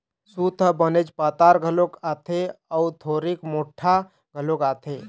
सूत ह बनेच पातर घलोक आथे अउ थोरिक मोठ्ठा घलोक बनथे